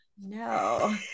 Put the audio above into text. no